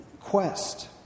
quest